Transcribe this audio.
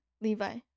Levi